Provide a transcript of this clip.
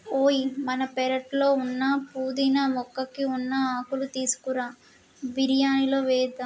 ఓయ్ మన పెరట్లో ఉన్న పుదీనా మొక్కకి ఉన్న ఆకులు తీసుకురా బిరియానిలో వేద్దాం